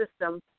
system